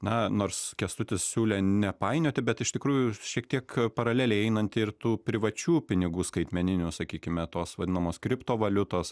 na nors kęstutis siūlė nepainioti bet iš tikrųjų šiek tiek paraleliai einanti ir tų privačių pinigų skaitmeninių sakykime tos vadinamos kriptovaliutos